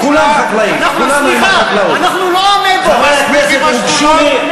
כולם חקלאים, כולם, יש פה יותר מדי שדולות.